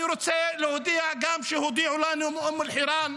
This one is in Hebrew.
אני רוצה להודיע גם שהודיעו לנו מאום אל-חיראן,